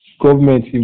government